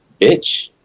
bitch